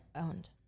owned